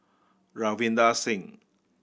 Ravinder Singh